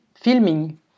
filming